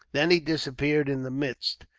then he disappeared in the midst.